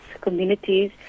communities